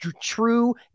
true